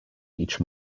each